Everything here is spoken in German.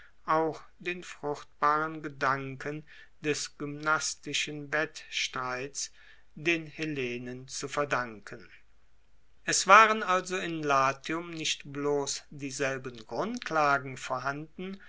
auch den fruchtbaren gedanken des gymnastischen wettstreits den hellenen zu verdanken es waren also in latium nicht bloss dieselben grundlagen vorhanden